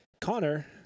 Connor